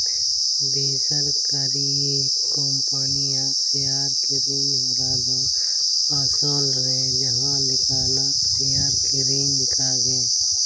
ᱵᱮᱥᱚᱨᱠᱟᱹᱨᱤ ᱠᱚᱢᱯᱟᱹᱱᱤᱭᱟᱜ ᱥᱮᱭᱟᱨ ᱠᱤᱨᱤᱧ ᱦᱚᱨᱟ ᱫᱚ ᱟᱥᱚᱞ ᱨᱮ ᱡᱟᱦᱟᱸ ᱞᱮᱠᱟᱱᱟᱜ ᱥᱮᱭᱟᱨ ᱠᱤᱨᱤᱧ ᱞᱮᱠᱟᱜᱮ